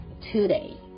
today